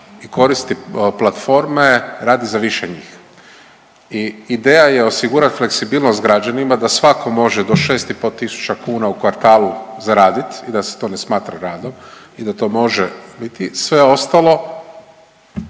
i koristi platforme radi za više njih i ideja je osigurati fleksibilnost građanima da svatko može do 6,5 tisuća kuna u kvartalu zaraditi i da se to ne smatra radom i da to može biti, sve ostalo